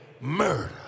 murder